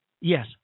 yes